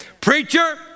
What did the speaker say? Preacher